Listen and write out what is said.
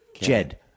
Jed